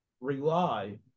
rely